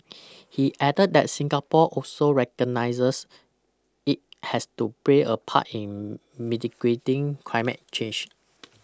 he added that Singapore also recognises it has to play a part in mitigating climate change